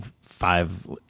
five